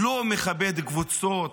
לא מכבד קבוצות